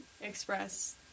express